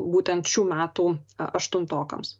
būtent šių metų a aštuntokams